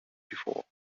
before